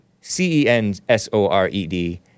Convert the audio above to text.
C-E-N-S-O-R-E-D